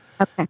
Okay